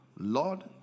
Lord